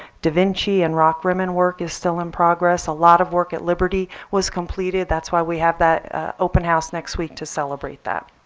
davinci and rockrimmon work is still in progress. a lot of work at liberty was completed. that's why we have that open house next week to celebrate that.